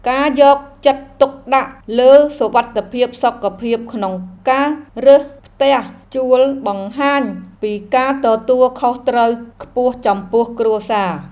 ការយកចិត្តទុកដាក់លើសុវត្ថិភាពសុខភាពក្នុងការរើសផ្ទះជួលបង្ហាញពីការទទួលខុសត្រូវខ្ពស់ចំពោះគ្រួសារ។